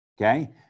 okay